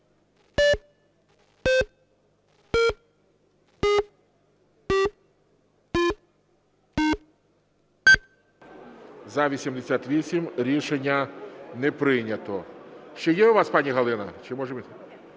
За-88 Рішення не прийнято. Ще є у вас, пані Галино?